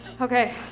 Okay